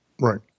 Right